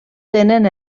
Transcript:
tenen